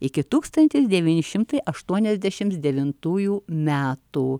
iki tūkstantis devyni šimtai aštuoniasdešim devintųjų metų